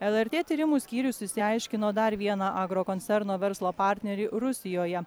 lrt tyrimų skyrius išsiaiškino dar vieną agrokoncerno verslo partnerį rusijoje